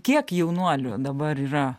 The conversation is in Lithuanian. kiek jaunuolių dabar yra